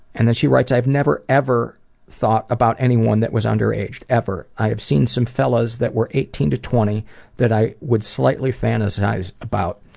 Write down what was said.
and then she writes, i've never ever thought about anyone that was underage, ever. i've seen some fellas that were eighteen to twenty that i would slightly fantasise about.